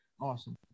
Awesome